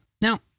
Now